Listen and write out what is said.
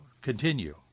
continue